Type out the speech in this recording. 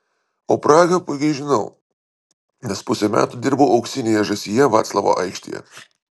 o prahą puikiai žinau nes pusę metų dirbau auksinėje žąsyje vaclavo aikštėje